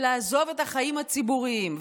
ולעזוב את החיים הציבוריים.